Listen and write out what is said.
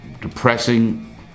depressing